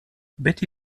betty